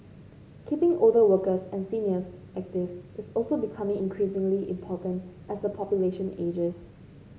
keeping older workers and seniors active is also becoming increasingly important as the population ages